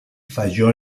falló